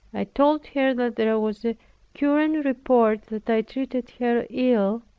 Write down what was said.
i told her that there was current report that i treated her ill,